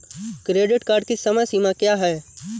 Credit card की समय सीमा क्या है?